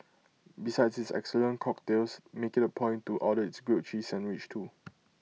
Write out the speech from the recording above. besides its excellent cocktails make IT A point to order its grilled cheese sandwich too